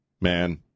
man